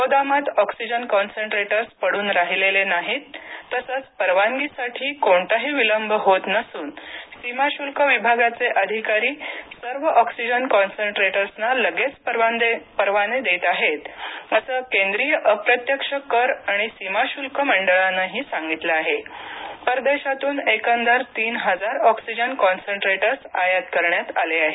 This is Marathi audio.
गोदामात ऑक्सीजन कॉन्सन्ट्रेटर्स पडून राहिलेले नाहीत तसंच परवानगीसाठी कोणताही विलंब होत नसून सीमाशुल्क विभागाचे अधिकारी सर्व ऑक्सीजन कॉन्सन्ट्रेटर्सना लगेचच परवाने देत आहेत असं केंद्रिय अप्रत्यक्ष कर आणि सीमाशुल्क मंडळानंही सांगितलं आहे परदेशातून एकंदर तीन हजार ऑक्सीजन कॉन्सन्ट्रेटर्स आयात करण्यात आले आहेत